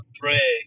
pray